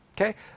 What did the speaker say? Okay